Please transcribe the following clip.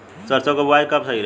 सरसों क बुवाई कब सही रहेला?